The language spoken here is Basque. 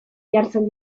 jartzen